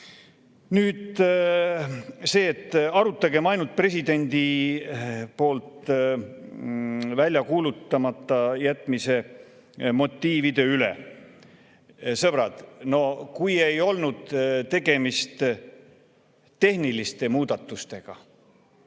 Nüüd see, et arutagem ainult presidendi väljakuulutamata jätmise motiivide üle. Sõbrad, no kui ei olnud tegemist tehniliste muudatustega